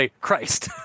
Christ